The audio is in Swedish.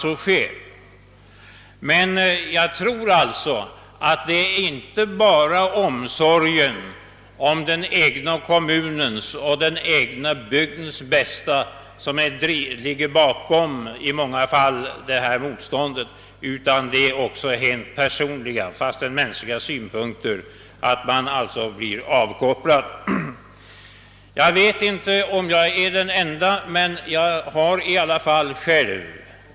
Det är alltså inte alltid bara omsorgen om den egna kommunens och bygdens bästa som ligger bakom detta motstånd, utan det är också ofta den mycket mänskliga synpunkten att man fruktar att personligen bli avkopplad.